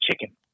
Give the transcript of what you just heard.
chicken